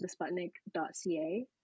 thesputnik.ca